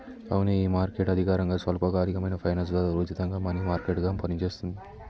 అవునే ఈ మార్కెట్ అధికారకంగా స్వల్పకాలిక ఫైనాన్స్ ద్వారా ఉచితంగా మనీ మార్కెట్ గా పనిచేస్తుంది